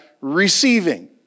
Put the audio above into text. receiving